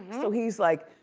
so he's like,